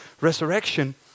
resurrection